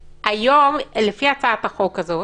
היום, לפי הצעת החוק הזאת,